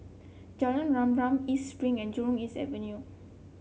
Jalan Rama Rama East Spring and Jurong East Avenue